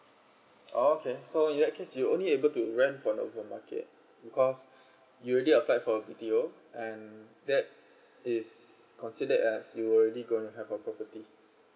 oh okay so in that case you only able to rent for the open market because you really apply for B_T_O and that is consider as you already gonna have a property